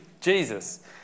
Jesus